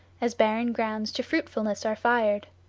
as barren grounds to fruitfulness are fired.